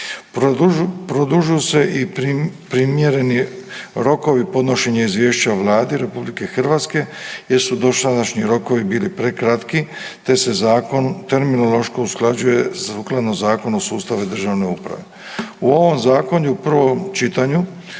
Produžuju se i primjereni rokovi podnošenja izvješća Vladi RH jer su dosadašnji rokovi bili prekratki, te se zakon terminološko usklađuje sukladno Zakonu o sustavu državne uprave. U ovom zakonu u prvom čitanju